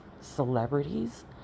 celebrities